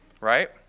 Right